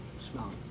Smell